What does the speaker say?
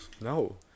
No